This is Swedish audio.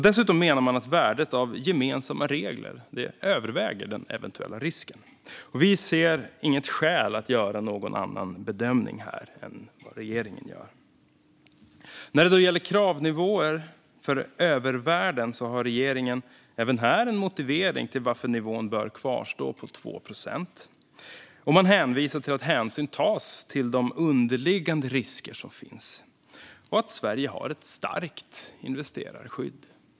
Dessutom menar man att värdet av gemensamma regler överväger den eventuella risken. Vi ser inget skäl att göra någon annan bedömning än regeringen. Regeringen har även i fråga om kravnivåer för övervärden en motivering till att nivån bör kvarstå på 2 procent. Man hänvisar till att hänsyn tas till de underliggande risker som finns och att Sverige har ett starkt investerarskydd.